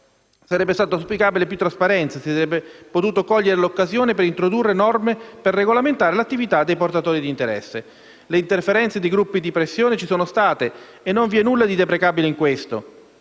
Sarebbe stata auspicabile più trasparenza; si sarebbe potuta cogliere l'occasione per introdurre norme per regolamentare l'attività dei portatori di interesse. Le interferenze di gruppi di pressione ci sono state e non vi sarebbe stato nulla di deprecabile in questo